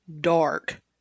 Dark